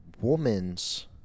woman's